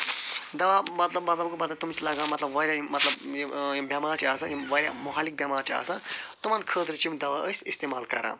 دوا مطلب مطلب گوٚو بَدَل تِم چھِ لَگان مَطلَب واریاہ مَطلَب یِم بٮ۪مارِ چھِ آسان یِم واریاہ مہلک بٮ۪مارِ چھِ آسان تِمن خٲطرٕ چھِ یِم دوا أسۍ اِستعمال کران